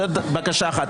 זאת בקשה אחת.